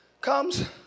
comes